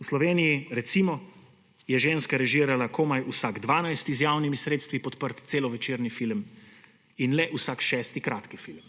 v Sloveniji, recimo, je ženska režirala komaj vsak dvanajsti z javnimi sredstvi podprt celovečerni film in le vsak šesti kratki film.